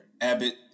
Abbott